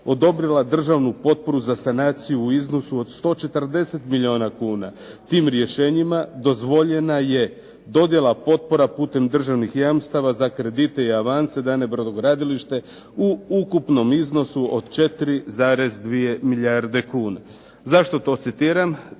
Zašto to citiram?